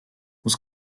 was